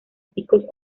picos